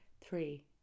three